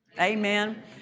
Amen